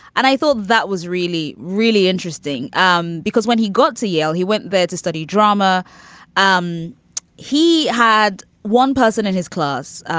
and i thought that was really, really interesting, um because when he got to yale, he went there to study drama um he had one person in his class.